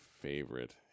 favorite